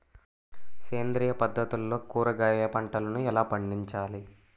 సేంద్రియ పద్ధతుల్లో కూరగాయ పంటలను ఎలా పండించాలి?